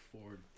Ford